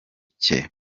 cye